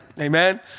Amen